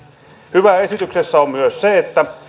hyvää esityksessä on myös se että